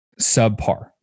subpar